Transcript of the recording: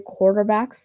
quarterbacks